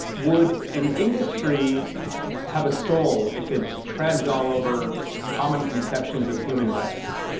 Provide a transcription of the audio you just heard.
would an industry have a soul if it treads all over common conceptions of human rights?